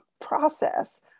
process